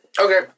Okay